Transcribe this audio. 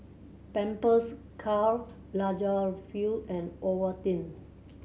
Pampers Karl Lagerfeld and Ovaltine